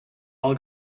all